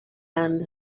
end